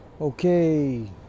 Okay